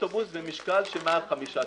במשקל מעל 5 טון.